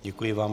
Děkuji vám.